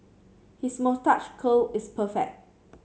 his moustache curl is perfect